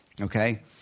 okay